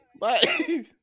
Bye